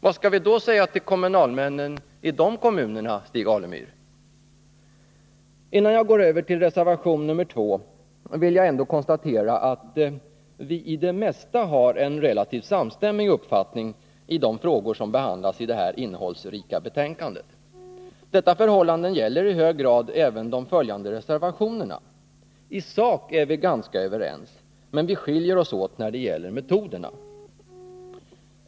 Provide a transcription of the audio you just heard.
Vad skall vi säga till kommunalmännen i de kommunerna, Stig Alemyr? Innan jag går över till reservation nr 2 vill jag ändå konstatera att vi i det mesta har en relativt samstämmig uppfattning i de frågor som behandlas i det här innehållsrika betänkandet. Detta förhållande gäller i hög grad även de följande reservationerna. I sak är vi ganska överens, men vi skiljer oss åt när det gäller metoderna.